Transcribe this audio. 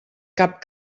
cap